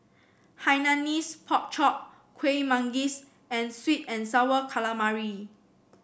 Hainanese Pork Chop Kueh Manggis and sweet and sour calamari